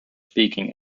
speaking